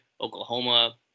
Oklahoma